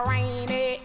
Rainy